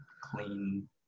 clean